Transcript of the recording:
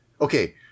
okay